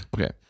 Okay